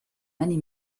many